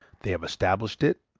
they have established it,